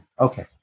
okay